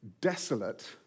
desolate